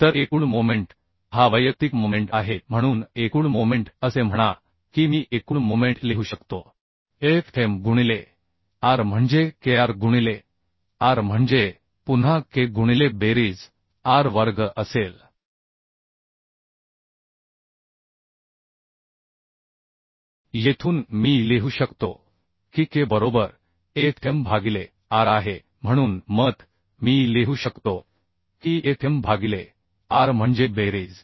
तर एकूण मोमेंट हा वैयक्तिक मोमेंट आहे म्हणून एकूण मोमेंट असे म्हणा की मी एकूण मोमेंट लिहू शकतो Fm गुणिले r म्हणजे kr गुणिले r म्हणजे पुन्हा k गुणिले बेरीज r वर्ग असेल येथून मी लिहू शकतो की k बरोबर Fm भागिले r आहे म्हणून Mt मी लिहू शकतो की Fm भागिले r म्हणजे बेरीज